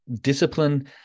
discipline